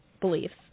beliefs